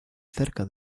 cerca